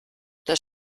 das